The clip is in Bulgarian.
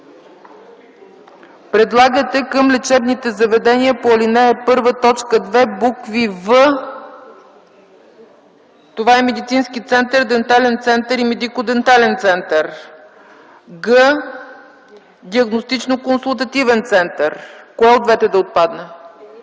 предлагате към лечебните заведения по ал. 1, т. 2, букви „в” това е медицински център, дентален център и медико-дентален център; „г” – диагностично-консултативен център. Кое от двете да отпадне?